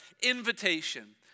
invitation